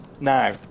Now